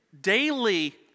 daily